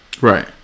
Right